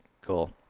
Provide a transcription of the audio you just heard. Cool